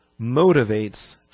motivates